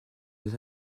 les